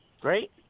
Great